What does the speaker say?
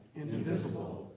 indivisible,